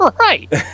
Right